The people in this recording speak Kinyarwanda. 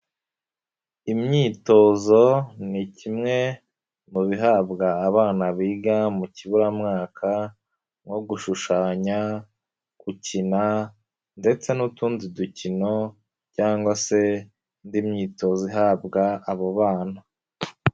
Imyitozo ni kimwe mu bihabwa abana biga mu kiburamwaka nko gushushanya, gukina ndetse n'utundi dukino cyangwa se indi myitozo ihabwa abo bana.